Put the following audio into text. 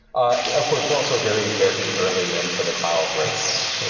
of course, we're also very, very early into the cloud race